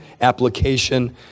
application